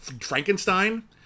Frankenstein